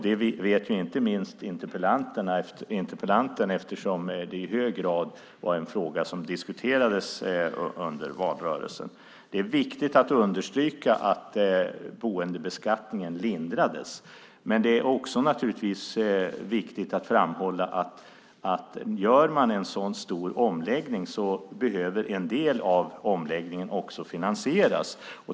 Det vet inte minst interpellanten eftersom det i hög grad var en fråga som diskuterades under valrörelsen. Det är viktigt att understryka att boendebeskattningen lindrades. Men det är naturligtvis också viktigt att framhålla att om man gör en sådan stor omläggning behöver en del av omläggningen finansieras.